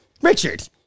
Richard